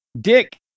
Dick